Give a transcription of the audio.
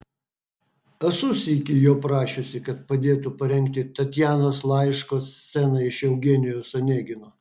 esu sykį jo prašiusi kad padėtų parengti tatjanos laiško sceną iš eugenijaus onegino